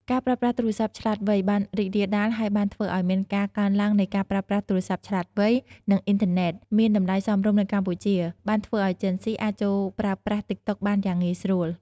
ការប្រើប្រាស់ទូរស័ព្ទឆ្លាតវៃបានរីករាលដាល ហើយបានធ្វើឲ្យមានការកើនឡើងនៃការប្រើប្រាស់ទូរស័ព្ទឆ្លាតវៃ និងអ៊ីនធឺណិតមានតម្លៃសមរម្យនៅកម្ពុជា បានធ្វើឱ្យជេនហ្ស៊ីអាចចូលប្រើប្រាស់តិកតុកបានយ៉ាងងាយស្រួល។